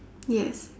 yes